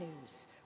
news